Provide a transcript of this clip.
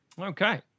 Okay